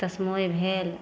तस्मै भेल